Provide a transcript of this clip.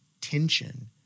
tension